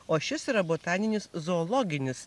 o šis yra botaninis zoologinis